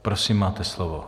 Prosím, máte slovo.